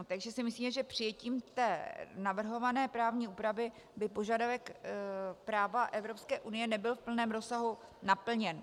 Takže si myslíme, že přijetím navrhované právní úpravy by požadavek práva Evropské unie nebyl v plném rozsahu naplněn.